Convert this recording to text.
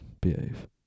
behave